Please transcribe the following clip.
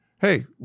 hey